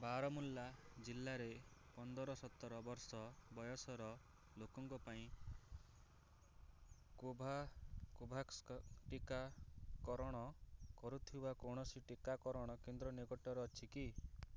ବାରମୁଲ୍ଲା ଜିଲ୍ଲାରେ ପନ୍ଦର ସତର ବର୍ଷ ବୟସର ଲୋକଙ୍କ ପାଇଁ ଟିକାକରଣ କରୁଥିବା କୌଣସି ଟିକାକରଣ କେନ୍ଦ୍ର ନିକଟରେ ଅଛି କି